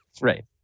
Right